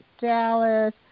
Dallas